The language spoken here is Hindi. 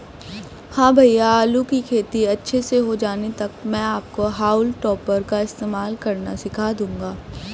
हां भैया आलू की खेती अच्छे से हो जाने तक मैं आपको हाउल टॉपर का इस्तेमाल करना सिखा दूंगा